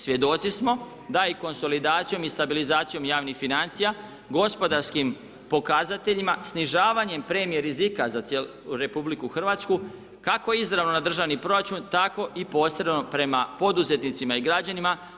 Svjedoci smo da i konsolidacijom i stabilizacijom javnih financija, gospodarskim pokazateljima, snižavanjem premije rizika za RH kako izravno na državni proračun tako i posredno prema poduzetnicima i građanima.